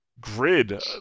Grid